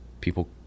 people